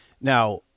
Now